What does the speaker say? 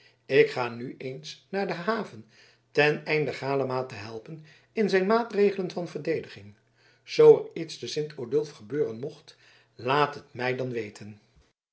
ik ga nu eens naar de haven ten einde galama te helpen in zijn maatregelen van verdediging zoo er iets te sint odulf gebeuren mocht laat het mij dan weten